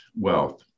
Wealth